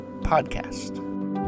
Podcast